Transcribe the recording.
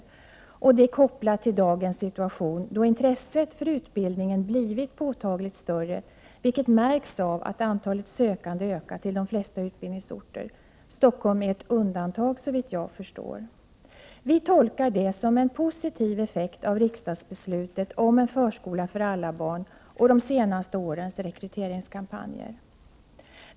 Detta är kopplat till dagens situation, då intresset för utbildningen blivit påtagligt större, vilket märks av att antalet sökande ökat till de flesta utbildningsorter. Stockholm är ett undantag, såvitt jag förstår. Vi tolkar det som en positiv effekt av riksdagsbeslutet om en ”förskola för alla barn” och de senaste årens rekryteringskampanjer.